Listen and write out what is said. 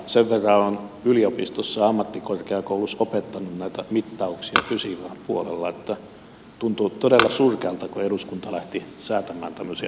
sen verran olen yliopistossa ja ammattikorkeakoulussa opettanut näitä mittauksia fysiikan puolella että tuntuu todella surkealta kun eduskunta lähti säätämään tämmöisiä todistusten tarpeita